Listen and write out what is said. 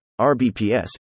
RBPS